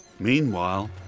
Meanwhile